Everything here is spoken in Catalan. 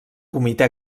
comitè